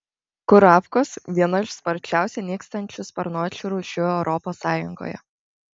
kurapkos viena iš sparčiausiai nykstančių sparnuočių rūšių europos sąjungoje